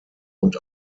und